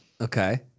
Okay